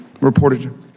Reported